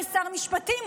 כשר משפטים,